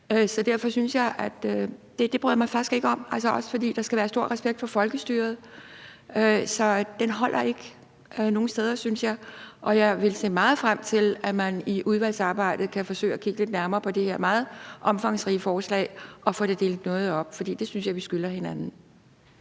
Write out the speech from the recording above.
i hele landet. Så det bryder jeg mig faktisk ikke om, også fordi der skal være stor respekt omkring folkestyret. Så den holder ikke nogen steder, synes jeg. Og jeg vil se meget frem til, at man i udvalgsarbejdet kan forsøge at kigge lidt nærmere på det her meget omfangsrige forslag og få det delt noget op, for det synes jeg vi skylder hinanden.